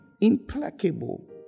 implacable